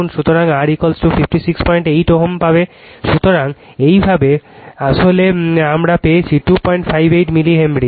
সুতরাং এইভাবে আসলে এল আমরা পেয়েছি 258 মিলি হেনরি